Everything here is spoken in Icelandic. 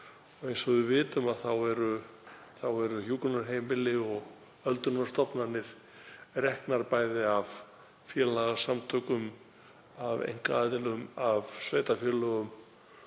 Eins og við vitum eru hjúkrunarheimili og öldrunarstofnanir reknar bæði af félagasamtökum, einkaaðilum, og af sveitarfélögum